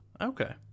Okay